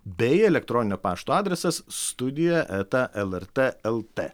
bei elektroninio pašto adresas studija eta lrt lt